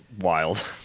wild